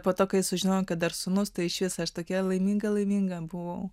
po to kai sužinojau kad dar sūnus tai išvis aš tokia laiminga laiminga buvau